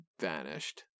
vanished